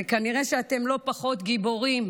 "וכנראה שאתם לא פחות גיבורים,